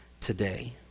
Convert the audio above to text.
today